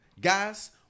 guys